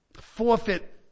forfeit